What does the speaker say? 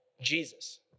Jesus